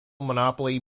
monopoly